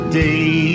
day